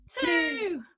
Two